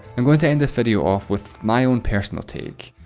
i'm going to end this video off with my own personal take.